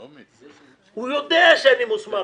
הוא יודע שאני מוסמך,